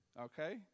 okay